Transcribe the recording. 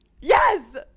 yes